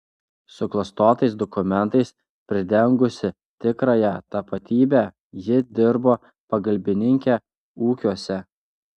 suklastotais dokumentais pridengusi tikrąją tapatybę ji dirbo pagalbininke ūkiuose